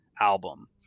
album